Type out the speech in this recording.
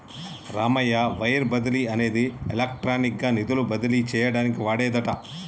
Ramayya wire బదిలీ అనేది electronic గా నిధులను బదిలీ చేయటానికి వాడేదట